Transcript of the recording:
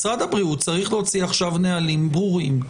משרד הבריאות צריך להוציא עכשיו נהלים ברורים.